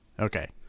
Okay